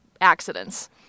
accidents